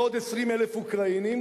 ועוד 20,000 אוקראינים.